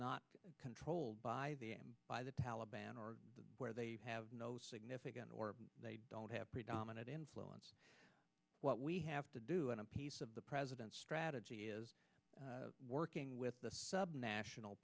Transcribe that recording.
not controlled by the by the taliban or where they have no significant or they don't have predominant influence what we have to do and a piece of the president's strategy is working with the subnational